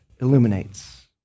illuminates